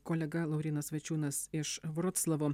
kolega laurynas vaičiūnas iš vroclavo